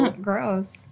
gross